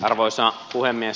arvoisa puhemies